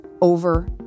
over